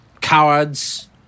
Cowards